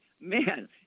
Man